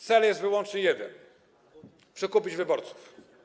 Cel jest wyłącznie jeden: przekupić wyborców.